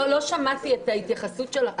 לא שמעתי את ההתייחסות שלך,